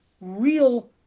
real